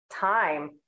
time